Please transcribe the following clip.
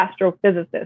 astrophysicist